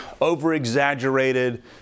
over-exaggerated